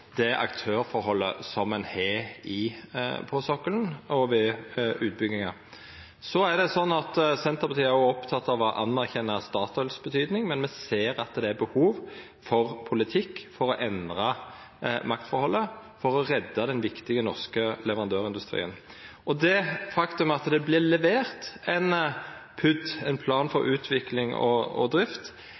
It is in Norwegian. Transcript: det aktørforholdet som ein har på sokkelen og ved utbyggingar, er òg ein medverkande faktor. Senterpartiet er oppteke av å anerkjenna Statoils betyding, men me ser at det er behov for politikk for å endra maktforholdet for å redda den viktige norske leverandørindustrien. Det faktum at det vert levert ein PUD, ein plan for utvikling og drift, er ikkje noko nytt, og